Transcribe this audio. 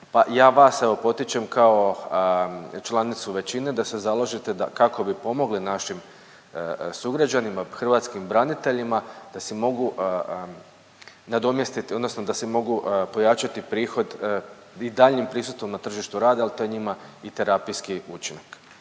pa ja vas evo potičem kao članicu većine da se založite da kako bi pomogli našim sugrađanima, hrvatskim braniteljima da si mogu nadomjestiti odnosno da si mogu pojačati prihod i daljnjim prisustvom na tržištu rada, al to je njima i terapijski učinak.